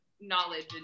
knowledge